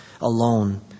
alone